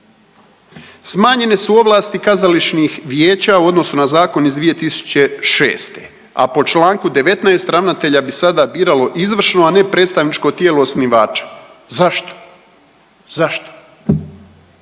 Smanjene su ovlasti kazališnih vijeća u odnosu na zakon iz 2006., a po čl. 19 ravnatelja bi sada biralo izvršno, a ne predstavničko tijelo osnivača? Zašto? Zašto?